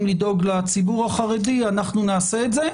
לדאוג לציבור החרדי אנחנו נעשה את זה,